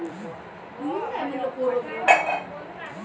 UPI न मले माया खरेदीचे पैसे देता येईन का?